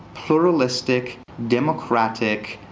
pluralistic, democratic,